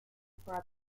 for